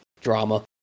drama